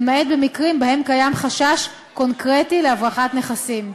למעט במקרים שבהם יש חשש קונקרטי להברחת נכסים.